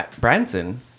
branson